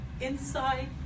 inside